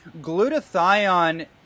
Glutathione